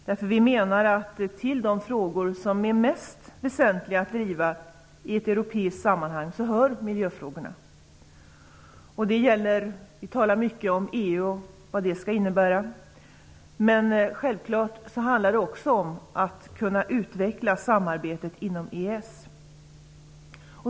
Vi menar nämligen att miljöfrågorna hör till de frågor som är mest väsentliga att driva i ett europeiskt sammanhang. Det talas mycket om vad EU kommer att innebära. Självfallet handlar det också om att utveckla samarbetet inom EES.